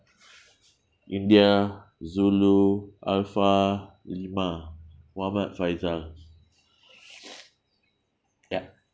india zulu alpha lima mohamad faizal yup